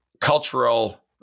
cultural